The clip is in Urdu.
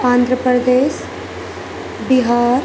آندھرا پردیش بہار